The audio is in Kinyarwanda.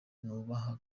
nubaha